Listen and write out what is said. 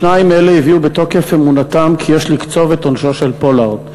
שניים אלו הביאו בתוקף את אמונתם כי יש לקצוב את עונשו של פולארד.